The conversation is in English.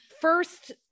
First